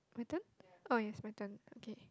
my turn oh yes my turn okay